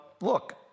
look